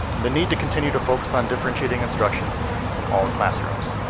the need to continue to focus on differentiating instruction in all classrooms,